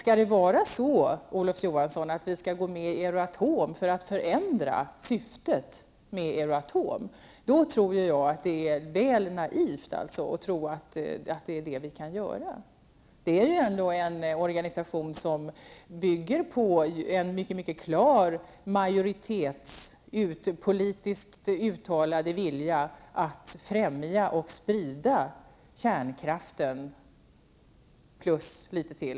Om Olof Johansson tror att vi kan gå med i Euratom och förändra syftet är det väl naivt. Det är ändå en organisation som bygger på en mycket klar majoritets politiskt uttalade vilja att främja och sprida kärnkraften m.m.